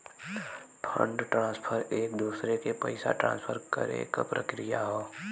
fund transfer एक दूसरे के पइसा ट्रांसफर करे क प्रक्रिया हौ